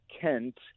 Kent